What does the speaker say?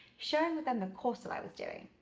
sharing with them the course that i was doing.